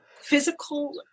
Physical